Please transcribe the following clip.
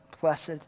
blessed